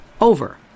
over